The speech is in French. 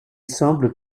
semble